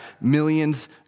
millions